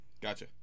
Gotcha